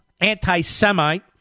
anti-Semite